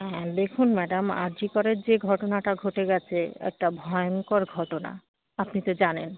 হ্যাঁ দেখুন ম্যাডাম আর জি করের যে ঘটনা ঘটে গেছে একটা ভয়ংকর ঘটনা আপনি তো জানেন